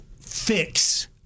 fix